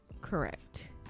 Correct